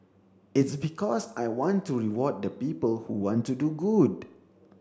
it's because I want to reward the people who want to do good